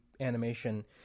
animation